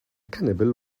cannibal